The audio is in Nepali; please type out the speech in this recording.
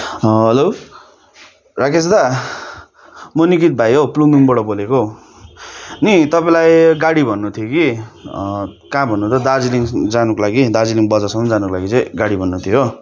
हेलो राकेस दा म निकित भाइ हौ प्लुङदुङबाट बोलेको नि तपाईँलाई गाडी भन्नु थियो कि कहाँ भन्नु त दार्जिलिङ जानुको लागि कि दार्जिलिङ बजारसम्म जानुको लागि चाहिँ गाडी भन्नु थियो हो